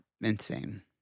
Insane